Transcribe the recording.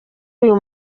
uyu